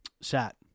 Sat